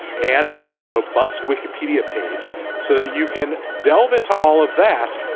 and has a robust wikipedia page so that you can delve into all of that.